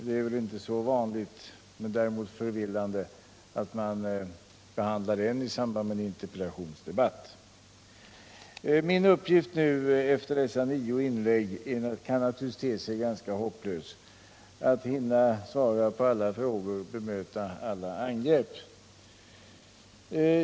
Det är inte så vanligt, men däremot förvillande, att man behandlar en ännu inte lagd proposition i samband med en interpellationsdebatt. Min uppgift att efter dessa nio inlägg nu hinna svara på alla frågor och bemöta alla angrepp kan naturligtvis te sig ganska hopplös.